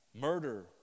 murder